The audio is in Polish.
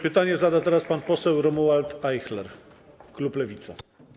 Pytanie zada teraz pan poseł Romuald Ajchler, klub Lewica.